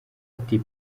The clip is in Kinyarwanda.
ati